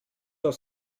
aus